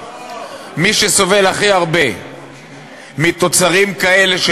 מי שסובל הכי הרבה מתוצרים כאלה של